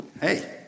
Hey